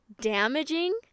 Damaging